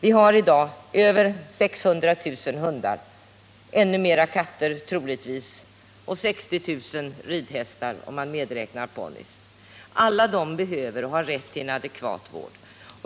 Vi har i dag över 600 000 hundar, troligtvis ännu flera katter och 60 000 ridhästar, om man medräknar ponnyer. Alla dessa behöver och har rätt till adekvat vård.